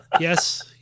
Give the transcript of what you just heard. Yes